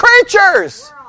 creatures